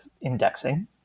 indexing